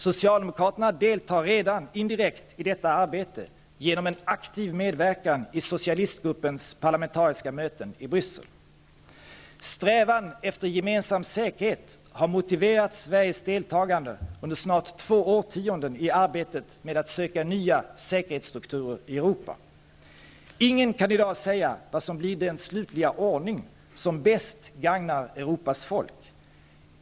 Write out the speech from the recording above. Socialdemokraterna deltar redan indirekt i detta arbete genom en aktiv medverkan i socialistgruppens parlamentariska möten i Strävan efter gemensam säkerhet har motiverat Sveriges deltagande under snart två årtionden i arbetet med att söka nya säkerhetsstrukturer i Ingen kan i dag säga vad som blir den slutliga ordning som bäst gagnar Europas folk.